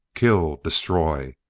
kill, destroy.